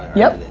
yep.